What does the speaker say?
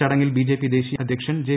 ചടങ്ങിൽ ബിജെപി ദേശീയ അധ്യക്ഷൻ ജെ